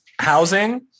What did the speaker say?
Housing